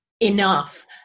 enough